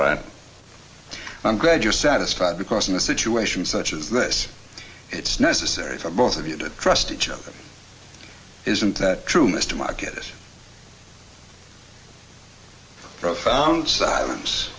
right i'm glad you're satisfied because in a situation such as this it's necessary for both of you to trust each other isn't that true mr market this profound silence